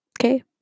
Okay